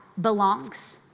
belongs